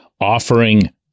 offering